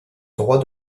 droit